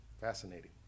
Fascinating